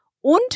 und